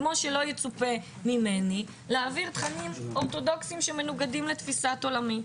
כמו שלא יצופה ממני להעביר תכנים אורתודוכסים שמנוגדים לתפיסת עולמי.